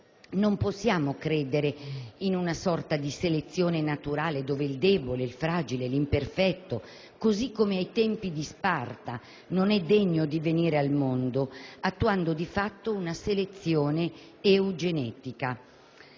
Non possiamo credere in una sorta di selezione naturale dove il debole, il fragile, l'imperfetto, così come ai tempi di Sparta, non è degno di venire al mondo, attuando di fatto una selezione eugenetica.